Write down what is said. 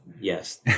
yes